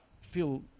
feel